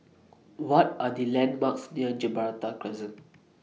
What Are The landmarks near Gibraltar Crescent